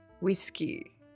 Whiskey